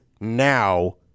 now